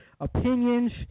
opinions